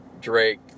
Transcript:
Drake